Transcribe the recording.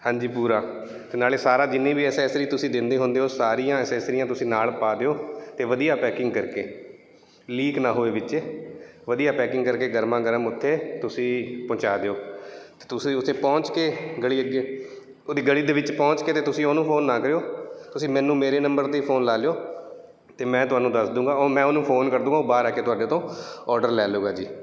ਹਾਂਜੀ ਪੂਰਾ ਅਤੇ ਨਾਲੇ ਸਾਰਾ ਜਿੰਨੀ ਵੀ ਐਸਸਰੀ ਤੁਸੀਂ ਦਿੰਦੇ ਹੁੰਦੇ ਹੋ ਸਾਰੀਆਂ ਅਸੈਸਰੀਆਂ ਤੁਸੀਂ ਨਾਲ ਪਾ ਦਿਓ ਅਤੇ ਵਧੀਆ ਪੈਕਿੰਗ ਕਰਕੇ ਲੀਕ ਨਾ ਹੋਵੇ ਵਿੱਚ ਵਧੀਆ ਪੈਕਿੰਗ ਕਰਕੇ ਗਰਮਾ ਗਰਮ ਉੱਥੇ ਤੁਸੀਂ ਪਹੁੰਚਾ ਦਿਓ ਅਤੇ ਤੁਸੀਂ ਉੱਥੇ ਪਹੁੰਚ ਕੇ ਗਲੀ ਅੱਗੇ ਉਹਦੀ ਗਲੀ ਦੇ ਵਿੱਚ ਪਹੁੰਚ ਕੇ ਅਤੇ ਤੁਸੀਂ ਉਹਨੂੰ ਫੋਨ ਨਾ ਕਰਿਓ ਤੁਸੀਂ ਮੈਨੂੰ ਮੇਰੇ ਨੰਬਰ ਦੀ ਫੋਨ ਲਾ ਲਿਓ ਅਤੇ ਮੈਂ ਤੁਹਾਨੂੰ ਦੱਸ ਦਊਗਾ ਉਹ ਮੈਂ ਉਹਨੂੰ ਫੋਨ ਕਰ ਦਊਗਾ ਬਾਹਰ ਆ ਕੇ ਤੁਹਾਡੇ ਤੋਂ ਔਡਰ ਲੈ ਲਊਗਾ ਜੀ